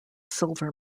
silver